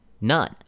none